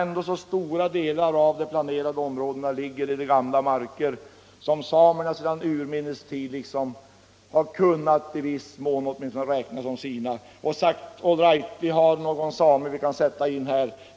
Eftersom stora delar av de planerade områdena ligger på de gamla marker som samerna sedan urminnes tider i viss mån åtminstone har kunnat räkna som sina, kunde man ha sagt: All right, vi kan låta en same vara med här.